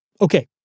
Okay